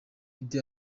idi